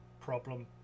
problem